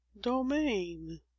domain